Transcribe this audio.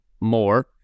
more